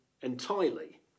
entirely